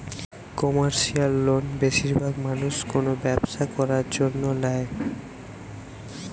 commercial loan বেশিরভাগ মানুষ কোনো ব্যবসা করার জন্য ল্যায়